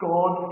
God